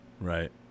Right